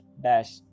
dash